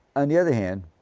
on the other hand,